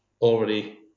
already